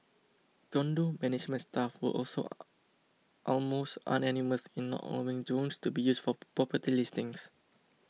condo management staff were also almost unanimous in allowing drones to be used for property listings